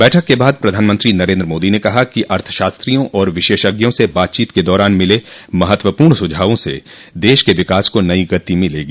बैठक के बाद प्रधानमंत्री नरेन्द्र मोदी ने कहा कि अर्थशास्त्रियों और विशेषज्ञों से बातचीत क दौरान मिले महत्वपूर्ण सुझावों से देश के विकास को नई गति मिलेगी